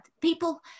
people